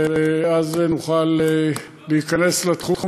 ואז נוכל להיכנס לתחום הזה.